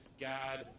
God